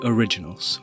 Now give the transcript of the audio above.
Originals